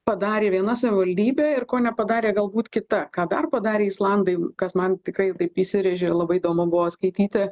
padarė viena savivaldybė ir ko nepadarė galbūt kita ką dar padarė islandai kas man tikrai taip įsirėžė ir labai įdomu buvo skaityti